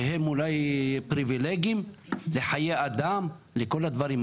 שהם אולי פריווילגיים לחיי אדם ולכל הדברים?